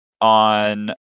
on